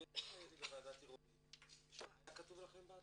אני יודע מה הוא יגיד בוועדת ערעורים: "תשמע,